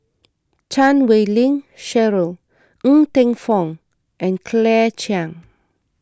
Chan Wei Ling Cheryl Ng Teng Fong and Claire Chiang